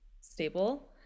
stable